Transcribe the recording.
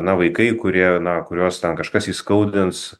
na vaikai kurie na kuriuos ten kažkas įskaudins